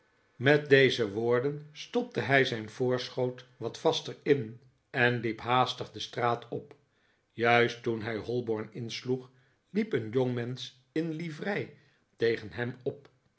met deze woorden stopte hij zijn voorschoot wat vaster in en hep haastig de straat op juist toen hij holborn insloeg hep een jongmensch in livrei tegen hem op